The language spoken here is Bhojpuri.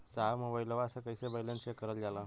साहब मोबइलवा से कईसे बैलेंस चेक करल जाला?